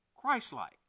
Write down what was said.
Christ-like